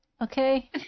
Okay